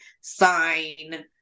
sign